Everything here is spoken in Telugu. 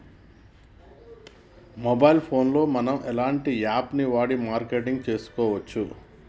మొబైల్ ఫోన్ లో మనం ఎలాంటి యాప్ వాడి మార్కెటింగ్ తెలుసుకోవచ్చు?